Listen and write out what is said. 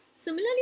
Similarly